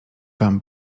wam